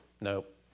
nope